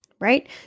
right